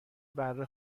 بره